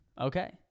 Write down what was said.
okay